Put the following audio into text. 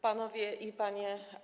Panowie i Panie!